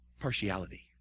partiality